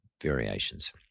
variations